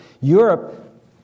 Europe